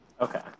Okay